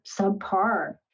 subpar